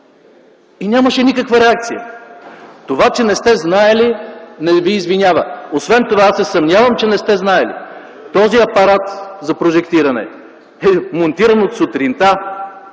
и нямаше никаква реакция! Това, че не сте знаели, не Ви извинява! Освен това аз се съмнявам, че не сте знаели. Този апарат за прожектиране е монтиран от сутринта